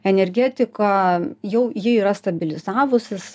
energetika jau ji yra stabilizavusis